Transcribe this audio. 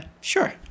Sure